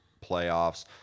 playoffs